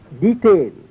detail